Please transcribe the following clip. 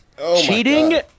Cheating